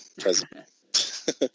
president